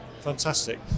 Fantastic